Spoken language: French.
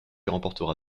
remporta